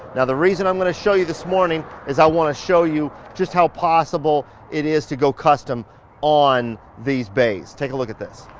now the reason i'm going to show you this this morning is i want to show you just how possible it is to go custom on these bays. take a look at this.